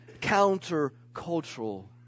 counter-cultural